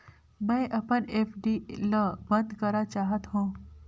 मैं अपन एफ.डी ल बंद करा चाहत हों